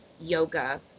yoga